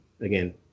Again